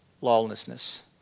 lawlessness